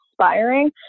inspiring